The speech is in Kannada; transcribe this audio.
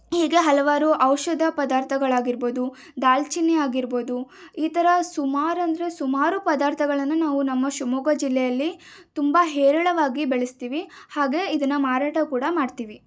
ಹೀಗೆ ಹಲವಾರು ಔಷಧ ಪದಾರ್ಥಗಳಾಗಿರ್ಬೋದು ದಾಲ್ಚಿನ್ನಿ ಆಗಿರ್ಬೋದು ಈ ಥರ ಸುಮಾರು ಅಂದರೆ ಸುಮಾರು ಪದಾರ್ಥಗಳನ್ನು ನಾವು ನಮ್ಮ ಶಿವಮೊಗ್ಗ ಜಿಲ್ಲೆಯಲ್ಲಿ ತುಂಬ ಹೇರಳವಾಗಿ ಬೆಳಿಸ್ತೀವಿ ಹಾಗೆ ಇದನ್ನು ಮಾರಾಟ ಕೂಡ ಮಾಡ್ತೀವಿ